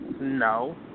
No